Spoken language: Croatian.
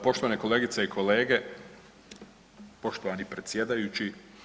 Poštovane kolegice i kolege, poštovani predsjedajući.